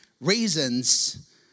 reasons